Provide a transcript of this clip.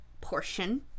portion